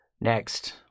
Next